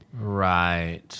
Right